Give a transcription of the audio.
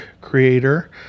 creator